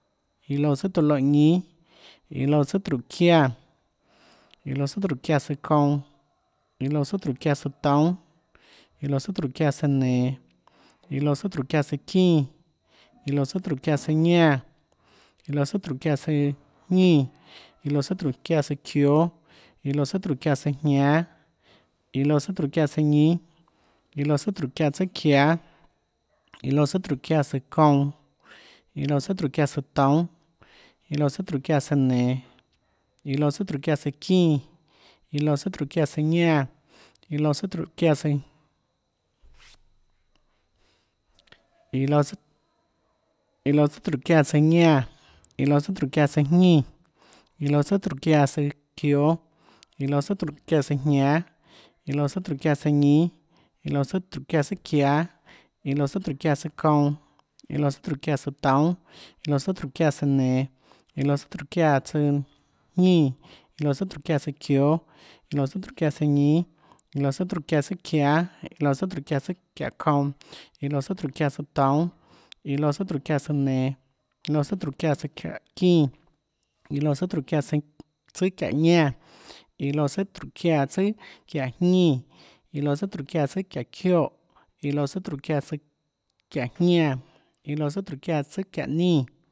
Iã loúã tsùàtóå loè ñínâ. iã loúã tsùàtróhå çiáã. iã loúã tsùàtróhå çiáã tsùâ kounã. iã loúã tsùàtróhå çiáã tsùâ toúnâ. iã loúã tsùàtróhå çiáã tsùâ nenå. iã loúã tsùàtróhå çiáã tsùâ çínã, iã loúã tsùàtróhå çiáã tsùâ ñánã, iã loúã tsùàtróhå çiáã tsùâjñínã. iã loúã tsùàtróhå çiáã tsùâ çióâ. iã loúã tsùà tróhå çiáã tsùâ jñánâ. iã loúã tsùàtróhå çiáã tsùâ ñínâ. iã loúã tsùàtróhå çiáã tsùâ çiáâ, iã loúã tsùàtróhå çiáã tsùâ kounã. iã loúã tsùàtróhå çiáã tsùâ toúnâ. iã loúã tsùàtróhå çiáã tsùâ nenå, iã loúã tsùàtróhå çiáã tsùâ çínã, iã loúã tsùàtróhå çiáã tsùâ ñánã, iã loúã tsùàtróhå çiáã tsùâ çiáhå tsùâ. iã loúã tsùà, iã loúã tsùàtróhå çiáã tsùâ ñánã. iã loúã tsùàtróhå çiáã tsùâ jñínã, iã loúã tsùàtróhå çiáã tsùâ çioè. iã loúã tsùàtróhå çiáã tsùâ jñánã. iã loúã tsùàtróhå çiáã tsùâ ñínâ. iã loúã tsùà tróhå çiáã tsùâ çiáâ, iã loúã tsùàçíã çiáã tsùâ kounã. iã loúã tsùàçíã çiáã tsùâ toúnâ. iã loúã tsùà çíã çiáã tsùâ nenå. iã loúã tsùà çíã çiáã tsùâ jñínã. iã loúã tsùà çíã çiáã tsùâ çióâ. iã loúã tsùà çiáã tsùâjñínâ, iã loúã tsùà tróhå çiáã tsùâ çiáâ, iã loúã tsùà tróhå çiáã tsùâ çiáhå çounã, iã loúã tsùà tróhå çiáã tsùâ toúnâ, iã loúã tsùà tróhå çiáã tsùâ nenå. iã loúã tsùà tróhå çiáã tsùâ çiáhå çínã. iã loúã tsùà tróhå çiáã tsùâ çiáhå ñánã. iã loúã tsùà tróhå çiáã tsùâ çiáhå jñínã. iã loúã tsùà tróhå çiáã tsùâ çiáhå çioè. iã loúã tsùà tróhå çiáã tsùâ çiáhå jñánã. iã loúã tsùà tróhå çiáã tsùâ çiáhå nínã